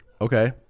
okay